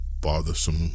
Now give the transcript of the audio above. bothersome